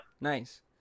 Nice